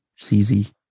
CZ